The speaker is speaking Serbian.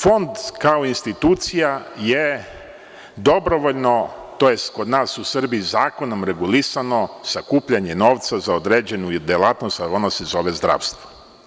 Fond kao institucija je dobrovoljno, tj. kod nas u Srbiji, zakonom regulisano sakupljanje novca za određenu delatnost, a ona se zove zdravstvo.